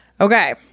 Okay